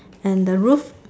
and the roof